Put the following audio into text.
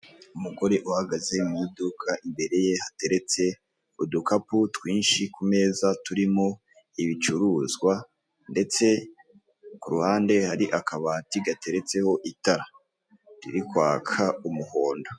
Umugore uhagaze mu iduka imbere ye hateretse udukapu twinshi ku meza turimo ibicuruzwa ndetse ku ruhande hari akabati gateretseho itara riri kwaka umuhondo.